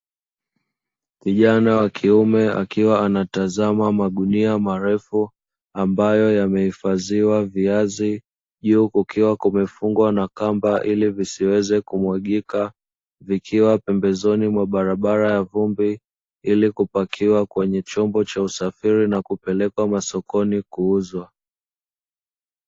Kijana wa kiume akiwa anatazama magunia marefu ambayo yamehifadhiwa viazi. Juu kukiwa kumefungwa na kamba ili visiweze kumwagika vikiwa pembezoni mwa barabara ya vumbi ili kupakiwa kwenye chombo cha usafiri na kupelekwa masokoni kuuzwa.